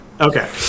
okay